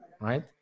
right